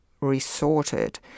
resorted